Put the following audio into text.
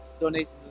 donations